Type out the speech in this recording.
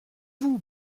vous